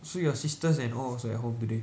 so your sisters and all also at home today